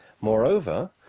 Moreover